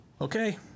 okay